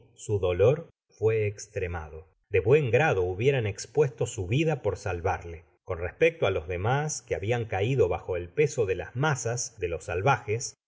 su dolor fué estremado de buen grado hubieran espuesto su vida por salvarle con respecto á los demas que habian caido bajo el peso de las mazas de los salvajes